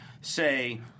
say